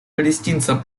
палестинцам